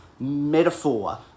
metaphor